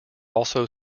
also